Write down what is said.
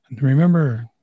remember